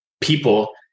people